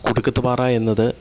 കൊടുക്കത്ത് പാറ എന്നത്